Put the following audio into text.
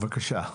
בבקשה.